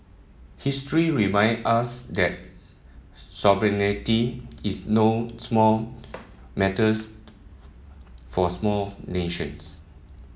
history reminds us that sovereignty is no small matters for smaller nations